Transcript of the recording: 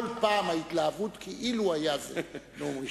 כל פעם ההתלהבות, כאילו היה זה נאום ראשון.